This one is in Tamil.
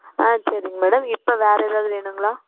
ஆ சரிங்க மேடம் இப்போ வேறே ஏதாவது வேணுங்களா